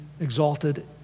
exalted